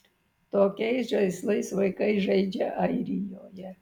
tokiais žaislais vaikai žaidžia airijoje